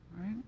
right